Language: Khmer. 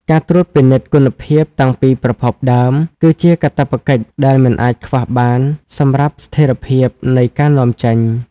ការត្រួតពិនិត្យគុណភាពតាំងពីប្រភពដើម គឺជាកាតព្វកិច្ចដែលមិនអាចខ្វះបានសម្រាប់ស្ថិរភាពនៃការនាំចេញ។